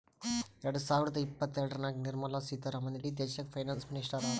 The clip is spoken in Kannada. ಎರಡ ಸಾವಿರದ ಇಪ್ಪತ್ತಎರಡನಾಗ್ ನಿರ್ಮಲಾ ಸೀತಾರಾಮನ್ ಇಡೀ ದೇಶಕ್ಕ ಫೈನಾನ್ಸ್ ಮಿನಿಸ್ಟರ್ ಹರಾ